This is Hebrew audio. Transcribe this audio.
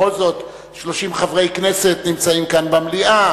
בכל זאת 30 חברי כנסת נמצאים כאן במליאה